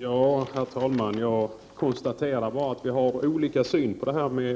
Herr talman! Jag konstaterar att miljöpartiet och centern har olika syn på